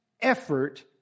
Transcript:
effort